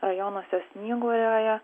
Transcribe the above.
rajonuose snyguriuoja